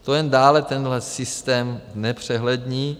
To jen dále tenhle systém znepřehlední.